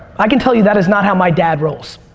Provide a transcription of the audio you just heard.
i can tell you that is not how my dad rolls.